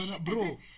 bro